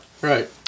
Right